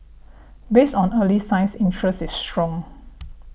based on early signs interest is strong